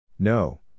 No